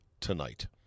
tonight